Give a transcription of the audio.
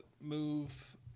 move